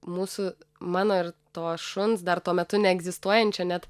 mūsų mano ir to šuns dar tuo metu neegzistuojančio net